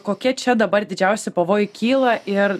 kokie čia dabar didžiausi pavojai kyla ir